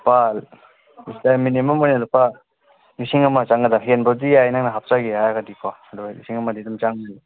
ꯂꯨꯄꯥ ꯃꯤꯅꯤꯃꯝ ꯑꯣꯏꯅ ꯂꯨꯄꯥ ꯂꯤꯁꯤꯡ ꯑꯃ ꯆꯪꯒꯗꯕ ꯍꯦꯟꯕꯗꯤ ꯌꯥꯏ ꯅꯪꯅ ꯍꯥꯞꯆꯒꯦ ꯍꯥꯏꯔꯒꯗꯤꯀꯣ ꯑꯗꯣ ꯂꯤꯁꯤꯡ ꯑꯃꯗꯤ ꯑꯗꯨꯝ ꯆꯪꯅꯤ